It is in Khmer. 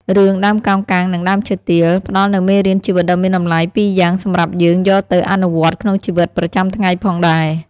រឿង "ដើមកោងកាងនិងដើមឈើទាល" ផ្តល់នូវមេរៀនជីវិតដ៏មានតម្លៃពីរយ៉ាងសម្រាប់យើងយកទៅអនុវត្តក្នុងជីវិតប្រចាំថ្ងៃផងដែរ។